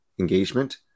engagement